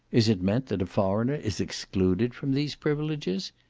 is it meant that a foreigner is excluded from these privileges?